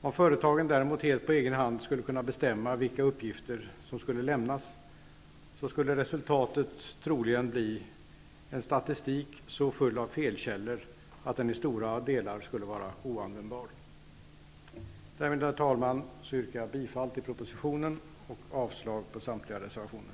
Om företagen däremot helt på egen hand skulle kunna bestämma vilka uppgifter som skulle lämnas, skulle resultatet troligen bli en statistik så full av felkällor att den i stora delar skulle vara oanvändbar. Därmed, herr talman, yrkar jag bifall till utskottets hemställan och avslag på samtliga reservationer.